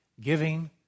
giving